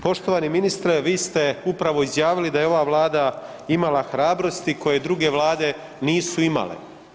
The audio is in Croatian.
Poštovani ministre, vi ste upravo izjavili da je ova vlada imala hrabrosti koje druge vlade nisu imale.